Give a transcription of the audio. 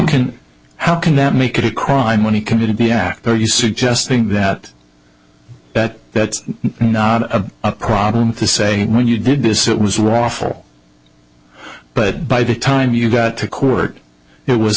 can how can that make it a crime when he committed the act are you suggesting that that's not a problem to say when you did this it was raw awful but by the time you got to court it was